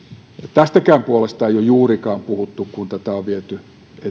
tästäkään puolesta ei ole juurikaan puhuttu kun tätä on viety eteenpäin